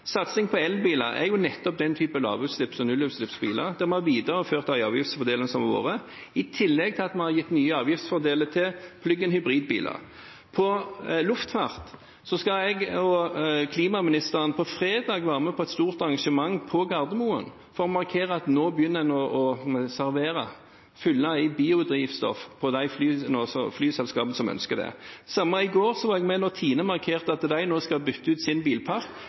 satsing på elbiler, er det for nettopp den typen lavutslipps- og nullutslippsbiler vi har videreført de avgiftsfordelene som har vært, i tillegg til at vi har gitt nye avgiftsfordeler til «plug-in» hybridbiler. Når det gjelder luftfart: Klimaministeren og jeg skal på fredag være med på et stort arrangement på Gardermoen for å markere at nå begynner en å servere, å fylle, biodrivstoff til de flyselskapene som ønsker det. Det samme i går – jeg var med da Tine markerte at de nå skal bytte ut sin